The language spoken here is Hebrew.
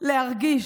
להרגיש,